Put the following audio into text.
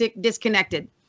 disconnected